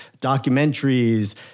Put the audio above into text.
documentaries